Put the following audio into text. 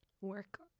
work